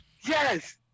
Yes